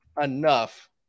enough